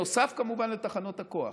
נוסף כמובן לתחנות הכוח.